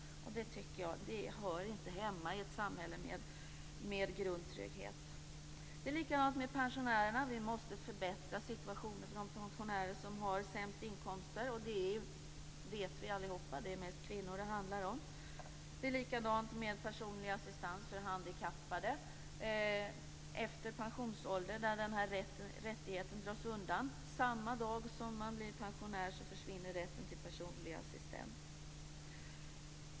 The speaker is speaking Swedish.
Det hör inte hemma i ett samhälle med grundtrygghet. Det är samma sak när det gäller pensionärerna. Vi måste förbättra situationen för de pensionärer som har sämst inkomster. Vi vet alla att det är mest kvinnor det handlar om. Det är samma sak när det gäller personlig assistans för handikappade. Efter pensionsåldern dras den rättigheten undan. Samma dag som man blir pensionär försvinner rätten till personlig assistent.